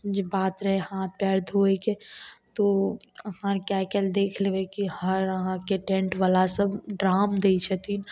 जे बात रहै हाथ पएर धोअयके तऽ ओ आहाँके आइकाल्हि देख लेबै कि हर आहाँके टेन्टबला सब ड्राम दै छथिन